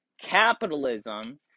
capitalism